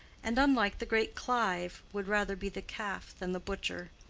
and, unlike the great clive, would rather be the calf than the butcher?